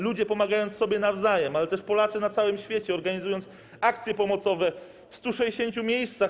Ludzie pomagają sobie nawzajem, ale też Polacy na całym świecie organizują akcje pomocowe w 160 miejscach.